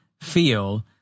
feel